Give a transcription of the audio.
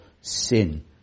sin